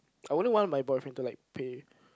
I wouldn't want my boyfriend to like pay